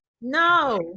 no